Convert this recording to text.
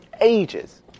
ages